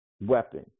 weapon